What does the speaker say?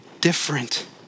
different